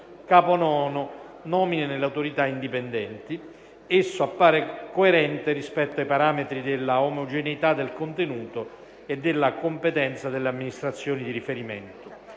Capo IX nomine nelle autorità indipendenti), esso appare coerente rispetto ai parametri della omogeneità del contenuto e della competenza delle amministrazioni di riferimento.